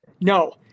no